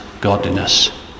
godliness